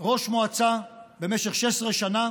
ראש מועצה במשך 16 שנה